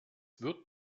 wird